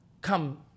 come